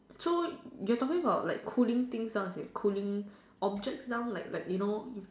so you are talking about like cooling things something cooling objects down like like you know you